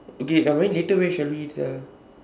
okay where later where shall we eat sia